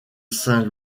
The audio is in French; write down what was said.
saint